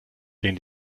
den